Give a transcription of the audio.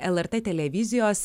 lrt televizijos